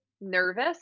nervous